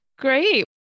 Great